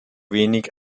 wenig